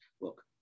look